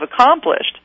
accomplished